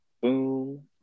Boom